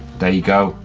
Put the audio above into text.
there you go,